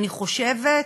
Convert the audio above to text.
אני חושבת,